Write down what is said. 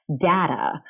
data